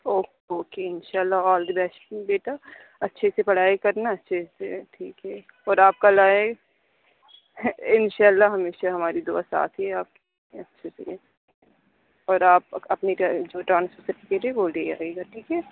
اوک okay انشاء اللہ all the best بیٹا اچھے سے پڑھائی کرنا اچھے سے ٹھیک ہے اور آپ کا لائف انشاء اللہ ہمیشہ ہماری دعا ساتھ ہی ہے آپ کے اچھے سے اور آپ اپنی جو ٹرانسفر سرٹیفکٹ ہے وہ لے آئیے گا ٹھیک ہے